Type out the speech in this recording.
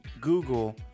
Google